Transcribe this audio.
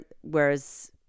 whereas